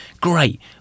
great